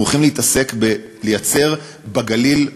אנחנו הולכים להתעסק בלייצר בגליל,